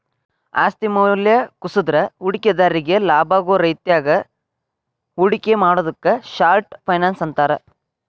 ಆಸ್ತಿ ಮೌಲ್ಯ ಕುಸದ್ರ ಹೂಡಿಕೆದಾರ್ರಿಗಿ ಲಾಭಾಗೋ ರೇತ್ಯಾಗ ಹೂಡಿಕೆ ಮಾಡುದಕ್ಕ ಶಾರ್ಟ್ ಫೈನಾನ್ಸ್ ಅಂತಾರ